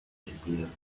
introduced